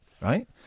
right